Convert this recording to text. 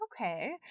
Okay